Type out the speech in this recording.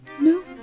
No